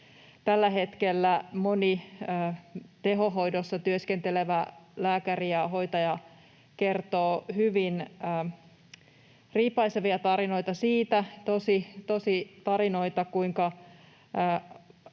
Tällä hetkellä moni tehohoidossa työskentelevä lääkäri ja hoitaja kertoo hyvin riipaisevia tarinoita, tositarinoita, siitä,